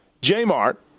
J-Mart